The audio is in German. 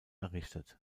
errichtet